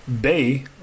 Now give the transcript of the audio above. Bay